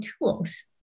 tools